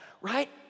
right